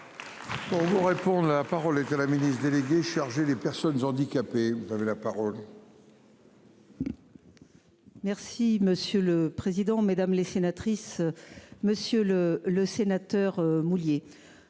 Pour vous répondre. La parole est à la ministre déléguée chargée des personnes handicapées. Vous avez la parole. Merci monsieur le président, mesdames les sénatrices. Monsieur le. Le sénateur Moulier.